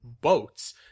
boats